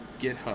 GitHub